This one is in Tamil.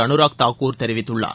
அனுராக் தாகூர் தெரிவித்துள்ளார்